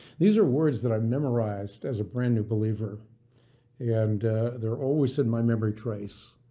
these are words that i've memorized as a brand new believer and they're always in my memory trace.